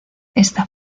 esta